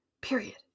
period